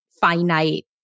Finite